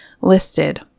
listed